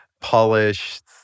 polished